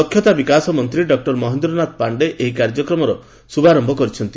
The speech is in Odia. ଦକ୍ଷତା ବିକାଶ ମନ୍ତ୍ରୀ ଡକୁର ମହେନ୍ଦ୍ରନାଥ ପାଣ୍ଡେ ଏହି କାର୍ଯ୍ୟର ଶୁଭାରମ୍ଭ କରିଛନ୍ତି